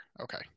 Okay